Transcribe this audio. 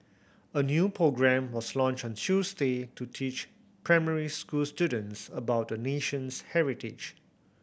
a new programme was launched on Tuesday to teach primary school students about the nation's heritage